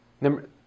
Number